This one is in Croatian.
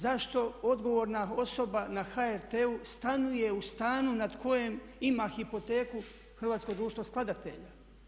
Zašto odgovorna osoba na HRT-u stanuje u stanu nad kojem ima hipoteku Hrvatsko društvo skladatelja?